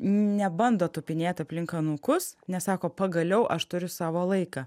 nebando tupinėt aplink anūkus nes sako pagaliau aš turiu savo laiką